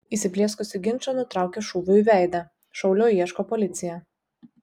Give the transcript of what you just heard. įsiplieskusį ginčą nutraukė šūviu į veidą šaulio ieško policija